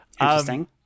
Interesting